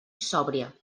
sòbria